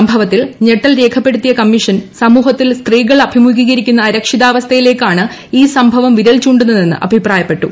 സംഭവത്തിൽ ഞെട്ടൽ രേഖപ്പെടുത്തിയ കമ്മീഷൻ സമൂഹത്തിൽ സ്ത്രീകൾ അഭിമുഖീകരിക്കുന്ന അരക്ഷിതാവസ്ഥയിലേക്കാണ് ഈ സംഭവം വിരൽ ചൂണ്ടുന്നതെന്ന് അഭിപ്രായപ്പെട്ടു